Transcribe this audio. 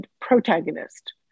protagonist